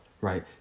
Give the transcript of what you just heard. right